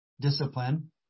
discipline